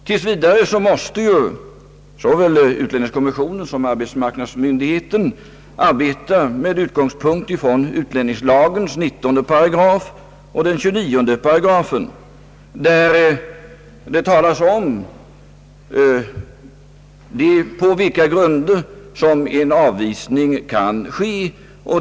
Tills vidare måste såväl utlänningskommissionen som arbetsmarknadsmyndigheten arbeta med utgångspunkt från utlänningslagens 19 och 29 §§, där det talas om på vilka grunder en avvisning kan ske.